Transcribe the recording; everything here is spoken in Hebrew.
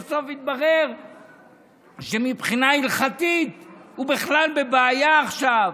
כשבסוף יתברר שמבחינה הלכתית הוא בכלל בבעיה עכשיו?